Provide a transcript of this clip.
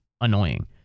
Annoying